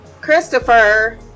Christopher